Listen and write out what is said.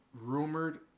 rumored